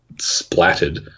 splattered